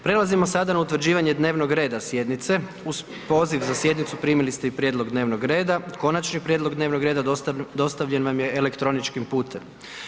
Prelazimo sada na utvrđivanje dnevnog reda sjednice, uz poziv za sjednicu primili ste i prijedlog dnevnog reda, konačni prijedlog dnevnog reda dostavljen vam je elektroničkim putem.